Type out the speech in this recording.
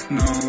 no